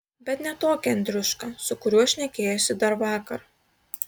bet ne tokį andriušką su kuriuo šnekėjosi dar vakar